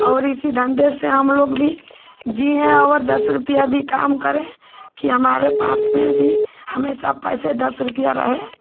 और इसी धन्धे से हमलोग भी जिएँ और दस रुपया भी काम करें कि हमारे पास भी हमेशा पैसे दस रुपया रहे